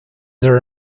there